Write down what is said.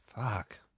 Fuck